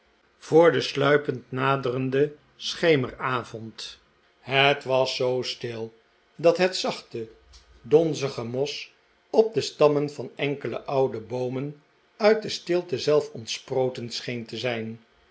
voor den sluipend naderenden schemeravond het was zoo stil dat het zachte donzige mos op de stammen van enkele oude boomen uit de stilte zelf ontsproten scheen te zijn